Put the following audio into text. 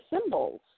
symbols